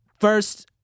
first